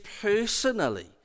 personally